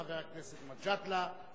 חבר הכנסת מג'אדלה,